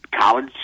college